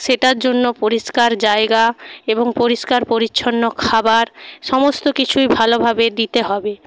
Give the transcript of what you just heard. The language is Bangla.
সেটার জন্য পরিষ্কার জায়গা এবং পরিষ্কার পরিচ্ছন্ন খাবার সমস্ত কিছুই ভালোভাবে দিতে হবে